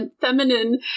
feminine